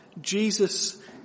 Jesus